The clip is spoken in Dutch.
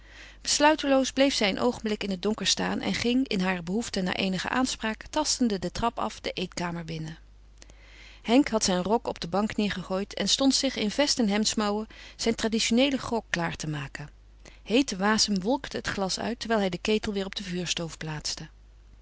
besluiteloos bleef zij een oogenblik in het donker staan en ging in hare behoefte naar eenige aanspraak tastende de trap af de eetkamer binnen henk had zijn rok op de bank neêrgegooid en stond zich in vest en hemdsmouwen zijn traditioneelen grog klaar te maken heete wasem wolkte het glas uit terwijl hij den ketel weêr op de vuurstoof plaatste